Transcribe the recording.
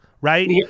Right